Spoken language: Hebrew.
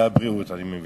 והבריאות, אני מבין.